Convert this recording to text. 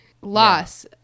loss